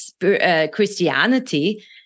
Christianity